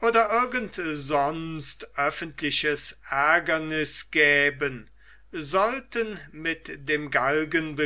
oder irgend sonst ein öffentliches aergerniß gäben sollten mit dem galgen